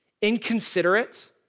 inconsiderate